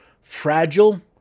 fragile